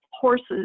horses